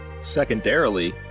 Secondarily